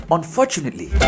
Unfortunately